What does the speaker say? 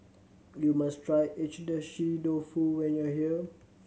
you must try Agedashi Dofu when you are here